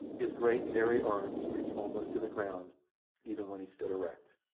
his great, hairy arms reached almost to the ground even when he stood erect,